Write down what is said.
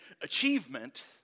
achievement